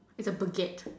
is a Baguette